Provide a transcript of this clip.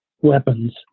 weapons